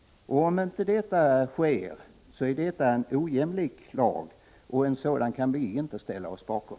Om inte en sådan utvidgning sker är detta en ojämlik lag, och en sådan kan vi inte ställa oss bakom.